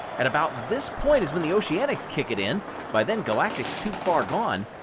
at about this point is when the oceanics kick it in by then galactic's too far gone.